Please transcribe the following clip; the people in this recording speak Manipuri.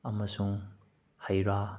ꯑꯃꯁꯨꯡ ꯍꯩ ꯔꯥ